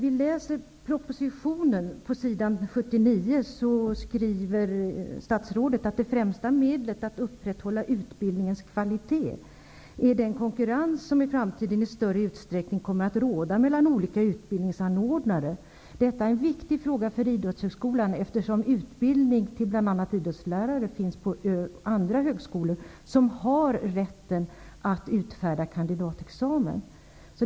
I propositionen på s. 79 skriver statsrådet att det främsta medlet för att upprätthålla utbildningens kvalitet är den konkurrens som i framtiden i större utsträckning kommer att råda mellan olika utbildningsanordnare. Detta är en viktig fråga för idrottslärare finns på andra högskolor. Dessa högskolor har rätt att utfärda kandidatexamen.